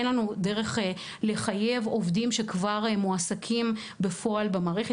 אין לנו דרך לחייב עובדים שכבר מועסקים בפועל במערכת,